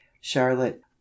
Charlotte